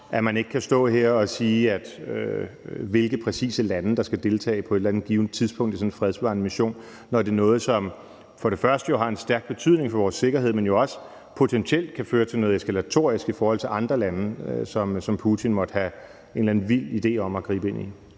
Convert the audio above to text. at man kan stå her og sige, præcis hvilke lande der skal deltage på et eller andet givent tidspunkt i sådan en fredsbevarende mission, når det er noget, som har en stærk betydning for vores sikkerhed, men jo også potentielt kan føre til noget eskalerende i forhold til andre lande, som Putin måtte have en eller anden vild idé om at gribe ind i.